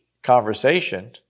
Conversation